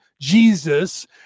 Jesus